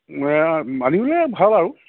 হ'লে ভাল আৰু